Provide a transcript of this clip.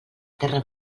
terra